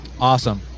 Awesome